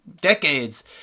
decades